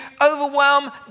overwhelm